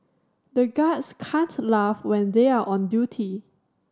the guards can't laugh when they are on duty